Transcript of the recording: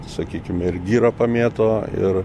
sakykime ir gyrą pamėto ir